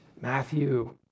Matthew